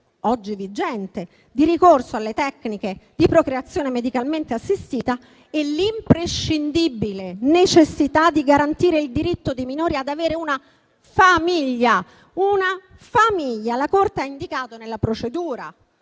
oggi vigente, di ricorso alle tecniche di procreazione medicalmente assistita e l'imprescindibile necessità di garantire il diritto dei minori ad avere una famiglia, ripeto, una famiglia. La Corte ha indicato nella procedura